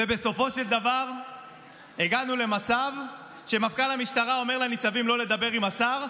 ובסופו של דבר הגענו למצב שמפכ"ל המשטרה אומר לניצבים לא לדבר עם השר,